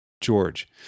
George